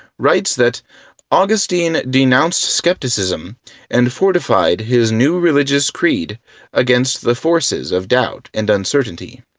writes that augustine denounced skepticism and fortified his new religious creed against the forces of doubt and uncertainty.